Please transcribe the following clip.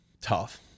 Tough